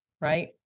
right